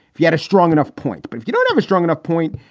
if you had a strong enough point, but if you don't have a strong enough point,